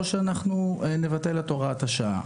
או שאנחנו נבטל את הוראת השעה.